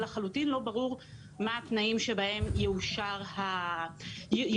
לחלוטין לא ברור מה התנאים שבהם תאושר ההארכה.